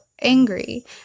angry